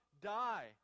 die